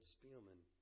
Spielman